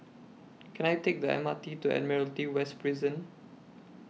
Can I Take The M R T to Admiralty West Prison